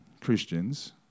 Christians